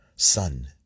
Son